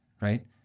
right